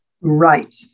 Right